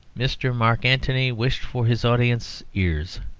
mr. mark antony wished for his audience's ears.